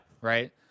Right